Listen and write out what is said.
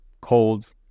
cold